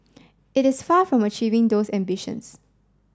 it is far from achieving those ambitions